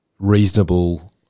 reasonable